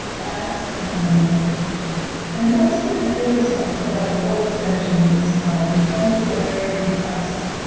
x calendar and that's what it feels like to have a full extension in the spine. we tend to get very compressed.